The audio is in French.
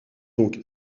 donc